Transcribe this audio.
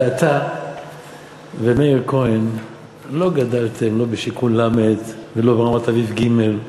ואתה ומאיר כהן לא גדלתם לא בשיכון ל' ולא ברמת-אביב ג'.